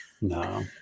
No